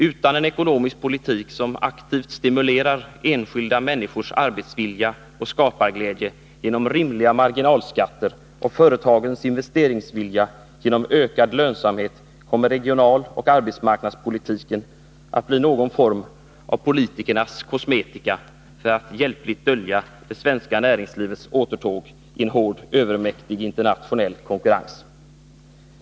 Utan en ekonomisk politik som aktivt stimulerar enskilda människors arbetsvilja och skaparglädje genom rimliga marginalskatter och företagens investeringsvilja genom ökad lönsamhet kommer regionaloch arbetsmarknadspolitiken att bli någon form av politikernas kosmetika för att hjälpligt dölja det svenska näringslivets återtåg i en hård, övermäktig internationell konkurrens.